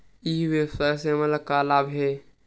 ई व्यवसाय से हमन ला का लाभ हे?